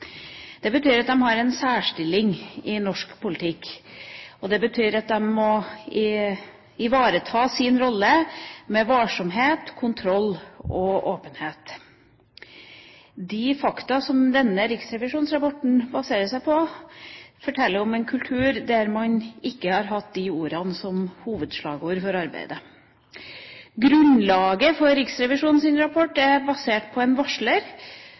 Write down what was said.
Det betyr at de har en særstilling i norsk politikk. Det betyr at de må ivareta sin rolle med varsomhet, kontroll og åpenhet. De fakta som denne riksrevisjonsrapporten baserer seg på, forteller om en kultur der man ikke har hatt de ordene som hovedslagord for arbeidet. Grunnlaget for Riksrevisjonens rapport er basert på en varsler